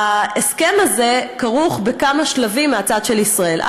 ההסכם הזה כרוך בכמה שלבים מהצד של ישראל.